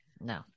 No